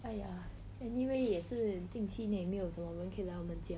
!aiya! anyway 也是近期内没有什么人可以来我们家